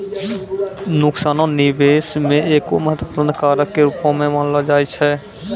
नुकसानो निबेश मे एगो महत्वपूर्ण कारक के रूपो मानलो जाय छै